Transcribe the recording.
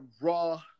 Raw